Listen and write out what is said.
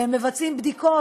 מבצעים בדיקות,